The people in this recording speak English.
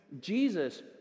Jesus